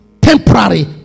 temporary